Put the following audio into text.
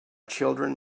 children